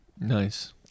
Nice